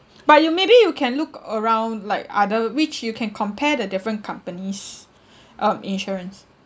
but you maybe you can look around like other which you can compare the different companies um insurance